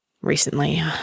recently